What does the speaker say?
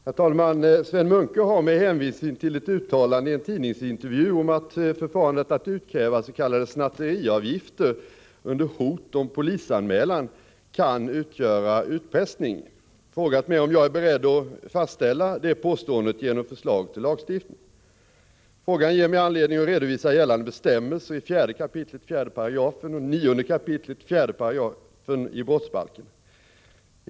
Herr talman! Sven Munke har, med hänvisning till ett uttalande i en tidningsintervju om att förfarandet att utkräva s.k. snatteriavgifter under hot om polisanmälan kan utgöra utpressning, frågat mig om jag är beredd att fastställa det påståendet genom förslag till lagstiftning. Frågan ger mig anledning att redovisa gällande bestämmelser i 4 kap. 4 § och 9 kap. 4 § brottsbalken.